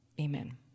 Amen